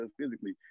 physically